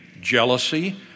jealousy